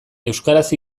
euskaraz